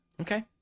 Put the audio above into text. Okay